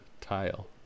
tile